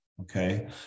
okay